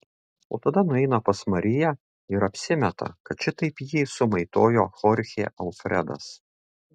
o tada nueina pas mariją ir apsimeta kad šitaip jį sumaitojo chorchė alfredas